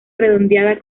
redondeada